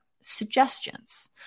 Suggestions